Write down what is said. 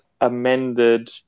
amended